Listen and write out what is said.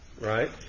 right